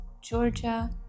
Georgia